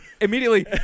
immediately